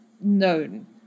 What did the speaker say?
known